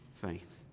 faith